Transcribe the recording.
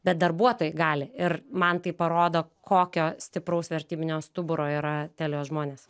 bet darbuotojai gali ir man tai parodo kokio stipraus vertybinio stuburo yra telijos žmonės